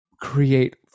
create